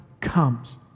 comes